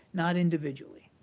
not individually.